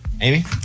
Amy